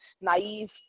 naive